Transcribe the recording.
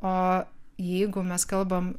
o jeigu mes kalbam